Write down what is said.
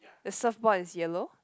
the surfboard is yellow